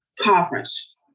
conference